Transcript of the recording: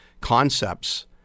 concepts